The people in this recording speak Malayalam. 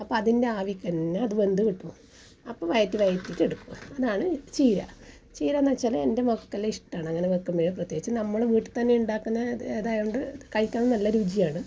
അപ്പോൾ അതിൻ്റെ ആവിയിൽ തന്നെ അത് വെന്ത് കിട്ടും അപ്പോൾ വയറ്റി വയറ്റിയിട്ട് എടുക്കും അതാണ് ചീര ചീര എന്നു വെച്ചാൽ എൻ്റെ മക്കൾക്ക് ഇഷ്ടമാണ് അങ്ങനെ വെക്കുമ്പോൾ പ്രത്യേകിച്ച് നമ്മുടെ വീട്ടിൽ തന്നെ ഉണ്ടാക്കുന്ന ഇതായതു കൊണ്ട് കഴിക്കാൻ നല്ല രുചിയാണ്